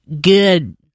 good